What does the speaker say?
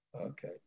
Okay